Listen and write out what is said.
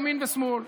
ימין ושמאל.